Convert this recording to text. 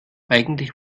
eigentlich